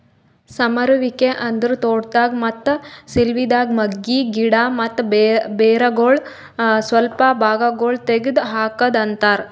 ಸಮರುವಿಕೆ ಅಂದುರ್ ತೋಟದಾಗ್, ಮತ್ತ ಸಿಲ್ವಿದಾಗ್ ಮಗ್ಗಿ, ಗಿಡ ಮತ್ತ ಬೇರಗೊಳ್ ಸ್ವಲ್ಪ ಭಾಗಗೊಳ್ ತೆಗದ್ ಹಾಕದ್ ಅಂತರ್